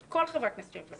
את כל חברי הכנסת של המפלגה,